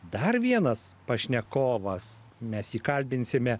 dar vienas pašnekovas mes jį kalbinsime